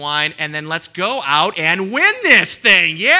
wine and then let's go out and win this thing yeah